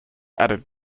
added